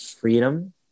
freedom